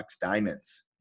Diamonds